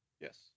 Yes